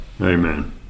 amen